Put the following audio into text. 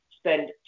spend